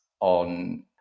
on